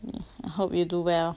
hope you do well